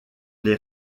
les